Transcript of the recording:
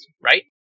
right